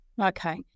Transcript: Okay